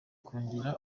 kongera